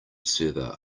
server